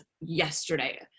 yesterday